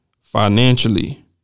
financially